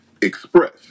express